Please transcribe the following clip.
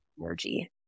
energy